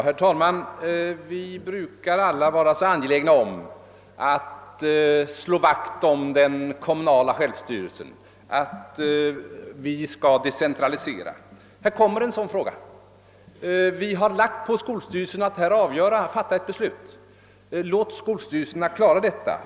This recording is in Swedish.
Herr talman! Vi brukar alla vara angelägna om att slå vakt om den kommunala självstyrelsen, att vi skall decentralisera. Detta är en sådan fråga. Vi har bemyndigat skolstyrelserna att här fatta beslut. Låt skolstyrelserna klara detta!